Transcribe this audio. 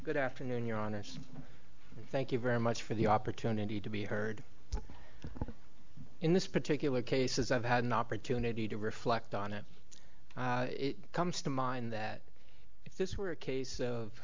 good afternoon your honest thank you very much for the opportunity to be heard in this particular case as i've had an opportunity to reflect on it comes to mind that if this were a case of